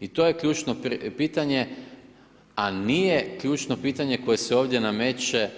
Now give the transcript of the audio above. I to je ključno pitanje a nije ključno pitanje koje se ovdje nameće